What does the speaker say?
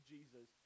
Jesus